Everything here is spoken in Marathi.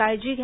काळजी घ्या